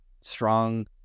strong